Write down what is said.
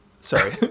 Sorry